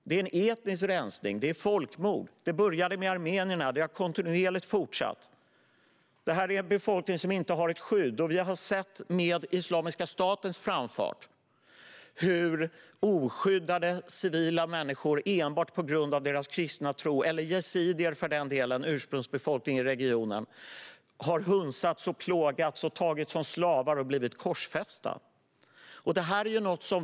Det är en etnisk rensning. Det är folkmord. Det började med armenierna. Det har kontinuerligt fortsatt. Detta är en befolkning som inte har ett skydd. Under Islamiska statens framfart har vi sett hur oskyddade civila människor enbart på grund av deras kristna tro - eller yazidier, för den delen, ursprungsbefolkningen i regionen - har hunsats och plågats, tagits som slavar och blivit korsfästa.